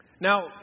Now